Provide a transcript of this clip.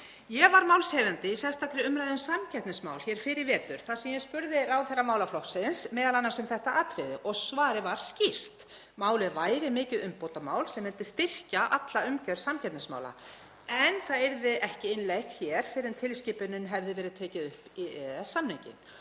Ég var málshefjandi í sérstakri umræðu um samkeppnismál hér fyrr í vetur þar sem ég spurði ráðherra málaflokksins m.a. um þetta atriði. Svarið var skýrt: Málið væri mikið umbótamál sem myndi styrkja alla umgjörð samkeppnismála en það yrði ekki innleitt hér fyrr en tilskipunin hefði verið tekin upp í EES-samninginn.